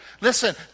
listen